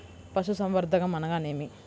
పశుసంవర్ధకం అనగానేమి?